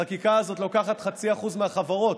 החקיקה הזאת לוקחת 0.5% מהחברות,